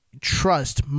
trust